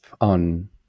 on